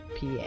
PA